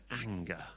anger